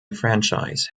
franchise